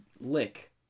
Lick